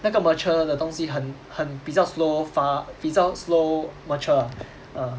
那个 mature 的东西很很比较 slow 发比较 slow mature ah ah